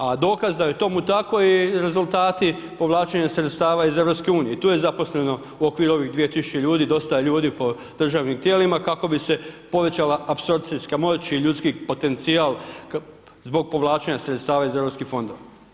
A dokaz da je tomu tako je i rezultati povlačenja sredstava EU i tu je zaposleno u okviru ovih 2.000 ljudi dosta ljudi po državnim tijelima kako bi se povećala apsorpcijska moć i ljudski potencijal zbog povlačenja sredstava iz Europskih fondova.